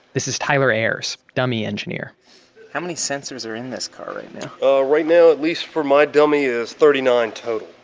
this is tyler ayres, dummy engineer how many sensors are in this car right now? right now, at least for my dummy it's thirty nine total,